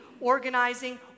organizing